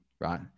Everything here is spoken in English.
Right